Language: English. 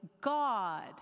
God